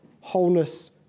wholeness